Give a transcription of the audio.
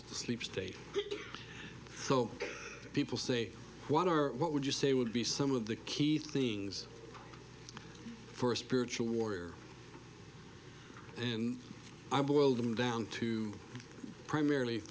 to sleep state so people say what are what would you say would be some of the key things for a spiritual warrior and i boiled them down to primarily